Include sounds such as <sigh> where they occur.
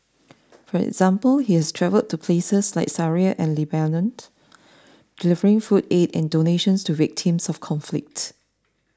for example he has travelled to places like Syria and Lebanon <unintelligible> delivering food aid and donations to victims of conflict